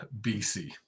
BC